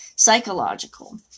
psychological